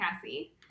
Cassie